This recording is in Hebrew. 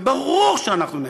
וברור שאנחנו נגד.